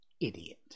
idiot